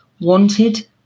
wanted